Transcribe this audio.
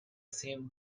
seem